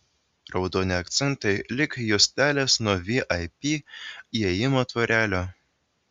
raudoni akcentai lyg juostelės nuo vip įėjimo tvorelių